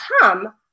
come